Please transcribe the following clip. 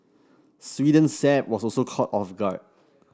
Sweden's Saab was also caught off guard